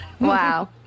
Wow